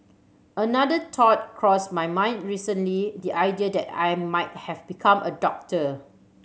another thought crossed my mind recently the idea that I might have become a doctor